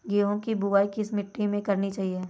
गेहूँ की बुवाई किस मिट्टी में करनी चाहिए?